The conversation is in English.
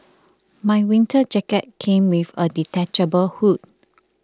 my winter jacket came with a detachable hood